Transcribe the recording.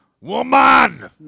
woman